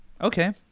okay